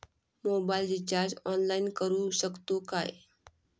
Mobile recharge online करुक शकतू काय?